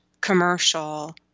commercial